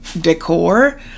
decor